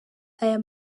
aya